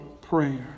prayer